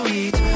eat